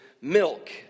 milk